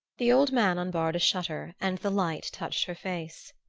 the old man unbarred a shutter and the light touched her face.